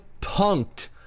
punked